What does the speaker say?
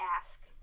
ask